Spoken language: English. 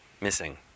missing